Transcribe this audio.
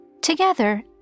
Together